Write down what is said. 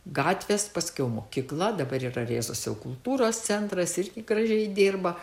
gatvės paskiau mokykla dabar yra rėzos kultūros centras irgi gražiai dirba